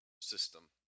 system